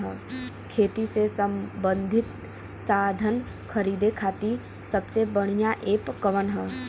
खेती से सबंधित साधन खरीदे खाती सबसे बढ़ियां एप कवन ह?